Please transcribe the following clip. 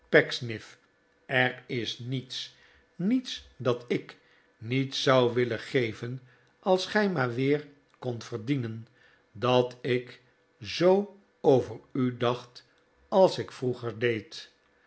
er is niets niets dat ik niet zou willen geven als gij maar weer kondt verdienen dat ik zoo over u dacht als ik vroeger deed